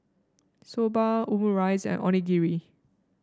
Soba Omurice and Onigiri